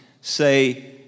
say